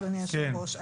אדוני היושב-ראש,